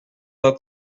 pas